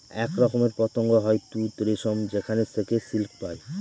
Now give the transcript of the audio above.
এক রকমের পতঙ্গ হয় তুত রেশম যেখানে থেকে সিল্ক পায়